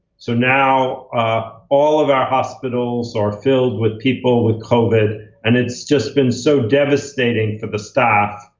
so now all of our hospitals are filled with people with covid. and it's just been so devastating for the staff,